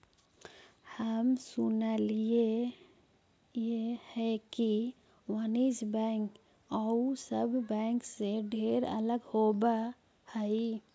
हम सुनलियई हे कि वाणिज्य बैंक आउ सब बैंक से ढेर अलग होब हई